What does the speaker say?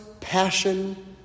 passion